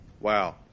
Wow